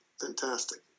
fantastic